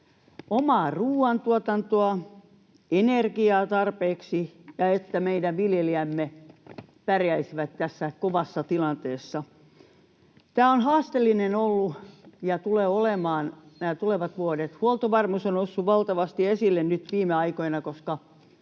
omaa ruoantuotantoa, energiaa tarpeeksi ja jotta meidän viljelijämme pärjäisivät tässä kovassa tilanteessa. Tämä on ollut haasteellista ja tulee olemaan nämä tulevat vuodet. Huoltovarmuus on noussut valtavasti esille nyt viime aikoina, koska